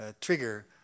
trigger